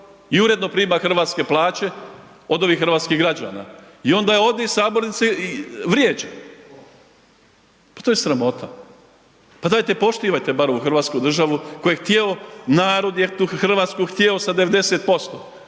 i uredno prima hrvatske plaće od ovih hrvatskih građana i onda ovdje iz sabornice vrijeđa. Pa to je sramota, pa dajte poštivajte bar ovu hrvatsku državu koje je htio, narod je tu Hrvatsku htio sa 90%,